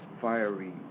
fiery